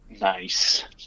Nice